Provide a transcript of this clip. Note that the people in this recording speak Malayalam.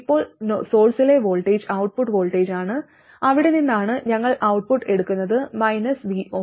ഇപ്പോൾ സോഴ്സിലെ വോൾട്ടേജ് ഔട്ട്പുട്ട് വോൾട്ടേജാണ് അവിടെ നിന്നാണ് ഞങ്ങൾ ഔട്ട്പുട്ട് എടുക്കുന്നത് - vo